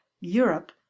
europe